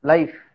Life